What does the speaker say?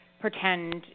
pretend